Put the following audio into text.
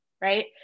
right